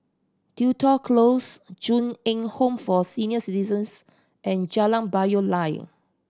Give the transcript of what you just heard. Tudor Close Ju Eng Home for Senior Citizens and Jalan Payoh Lai